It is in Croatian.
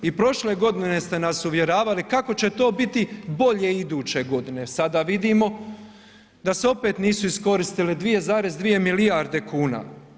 I prošle godine ste nas uvjeravali kako će to biti bolje iduće godine, sada vidimo da se opet nisu iskoristile 2,2 milijarde kuna.